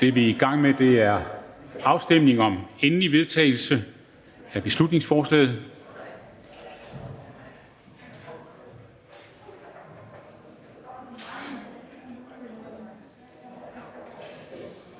at stemme, og det er en afstemning om endelig vedtagelse af beslutningsforslaget.